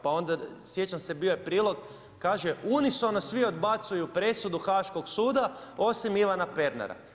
Pa onda sjećam se bio je prilog kaže unisono svi odbacuju presudu Haaškog suda osim Ivana Pernara.